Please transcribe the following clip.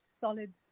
solid